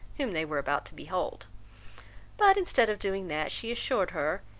whom they were about to behold but instead of doing that, she assured her,